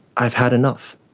i've had enough,